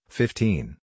fifteen